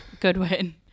Goodwin